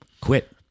Quit